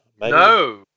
No